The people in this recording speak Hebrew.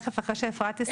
אחרי שאפרת תסיים,